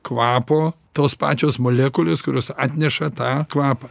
kvapo tos pačios molekulės kurios atneša tą kvapą